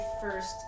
first